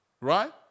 Right